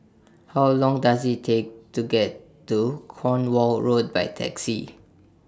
How Long Does IT Take to get to Cornwall Road By Taxi